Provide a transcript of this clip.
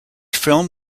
film